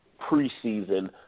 preseason